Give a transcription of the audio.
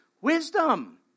wisdom